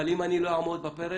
אבל אם אני לא אעמוד בפרץ,